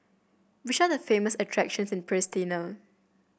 which are the famous attractions in Pristina